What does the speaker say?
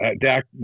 Dak